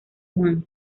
juan